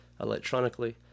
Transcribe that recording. electronically